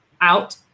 out